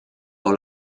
dans